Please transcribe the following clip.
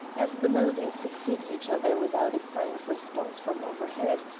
as the melodies succeeded each other without a sign of response from overhead,